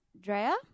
Drea